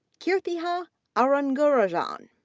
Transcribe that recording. keerthiha arangarajan,